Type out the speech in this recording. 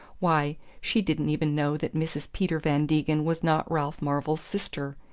why, she didn't even know that mrs. peter van degen was not ralph marvell's sister!